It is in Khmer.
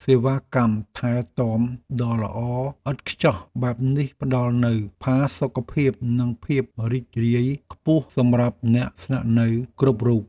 សេវាកម្មថែទាំដ៏ល្អឥតខ្ចោះបែបនេះផ្តល់នូវផាសុកភាពនិងភាពរីករាយខ្ពស់សម្រាប់អ្នកស្នាក់នៅគ្រប់រូប។